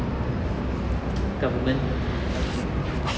government